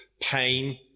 pain